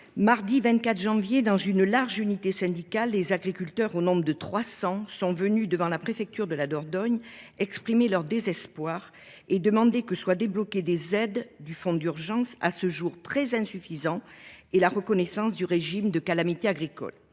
Mardi 24 janvier dans une large unité syndicale les agriculteurs au nombre de 300 sont venus devant la préfecture de la Dordogne exprimer leur désespoir et demandé que soit débloqué des aides du fonds d'urgence, à ce jour très insuffisant et la reconnaissance du régime de calamités agricoles.